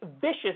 vicious